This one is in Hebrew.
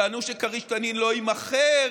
טענו שכריש-תנין לא יימכר,